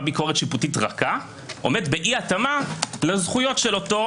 ביקורת שיפוטית רכב עומד באי התאמה לזכויות של אותו